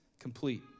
Complete